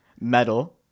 metal